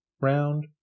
round